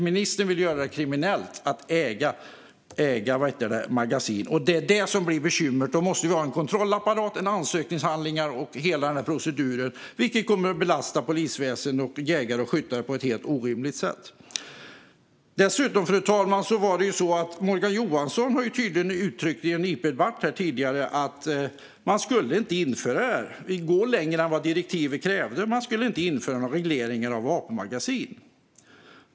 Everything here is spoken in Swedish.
Ministern vill göra det kriminellt att äga magasin. Det är det som blir bekymret. Då måste vi ha en kontrollapparat, ansökningshandlingar och hela den proceduren, vilket kommer att belasta polisväsendet, jägare och skyttar på ett orimligt sätt. Dessutom, fru talman, har Morgan Johansson i en tidigare debatt uttryckt att man inte skulle införa det här och gå längre än vad direktivet kräver. Man skulle inte införa några regleringar av vapenmagasin.